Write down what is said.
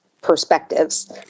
perspectives